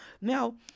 Now